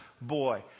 boy